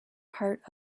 part